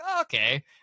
okay